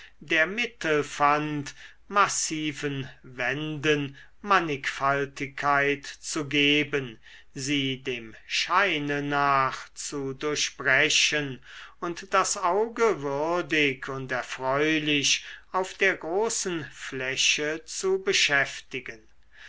der mittel fand massiven wänden mannigfaltigkeit zu geben sie dem scheine nach zu durchbrechen und das auge würdig und erfreulich auf der großen fläche zu beschäftigen